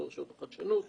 ברשות לחדשנות,